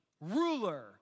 ruler